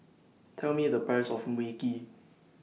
Tell Me The Price of Mui Kee